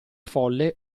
folle